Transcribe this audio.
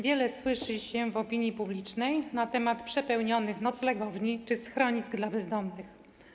Wiele słyszy się w opinii publicznej na temat przepełnionych noclegowni czy schronisk dla bezdomnych.